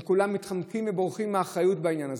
הם כולם מתחמקים ובורחים מאחריות בעניין הזה.